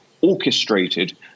orchestrated